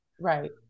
right